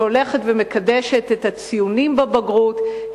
שהולכת ומקדשת את הציונים בבגרות,